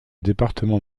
département